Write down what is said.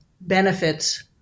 benefits